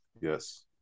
Yes